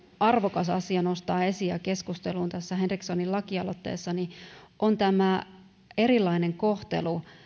arvokas asia nostaa esiin ja keskusteluun tässä henrikssonin lakialoitteessa on tämä erilainen kohtelu